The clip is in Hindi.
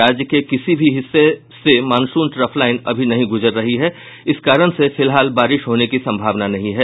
राज्य के किसी भी हिस्से से मॉनसून ट्रफलाइन अभी नहीं गुजर रही है इस कारण से फिलहाल बारिश होने की संभावना नहीं है